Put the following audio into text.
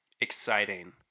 exciting